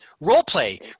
role-play